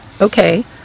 okay